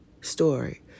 story